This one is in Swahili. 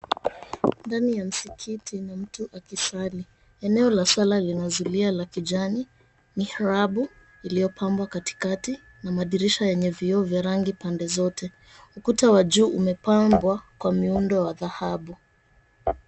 Ndani ya msikiti ni mtu akisali. Eneo la sala linazuilia la kijani, mihrabu iliyopambwa katikati, na madirisha yenye vioo vya rangi pande zote. Ukuta wa juu umepambwa kwa miundo ya dhahabu.